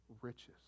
riches